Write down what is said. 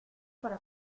para